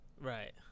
Right